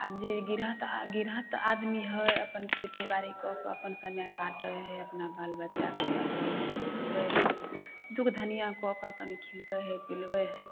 आब जे गृहथ गृहथ आदमी है अपन खेती बारी कऽ के अपन समय काटै है अपना बाल बच्चाके पढ़बै है लिखबै है दुःख धनिया कऽ के अपन खिलबै है पिलबै है